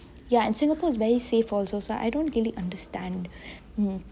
ya and singapore is very safe also so I don't really understand mm